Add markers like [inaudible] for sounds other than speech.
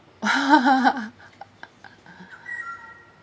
[laughs]